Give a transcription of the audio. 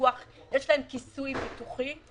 להם כיסוי ביטוחי?